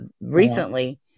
recently